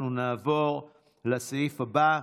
היו"ר מיקי לוי: אנחנו נעבור לסעיף הבא,